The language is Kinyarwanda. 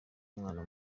umwana